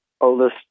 oldest